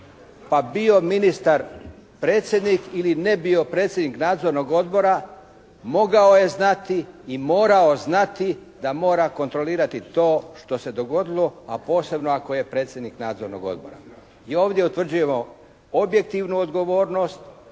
pa bio ministar predsjednik ili ne bio predsjednik Nadzornog odbora, mogao je znati i morao znati da mora kontrolirati to što se dogodilo a posebno ako je predsjednik Nadzornog odbora. Mi ovdje utvrđujemo objektivnu odgovornost,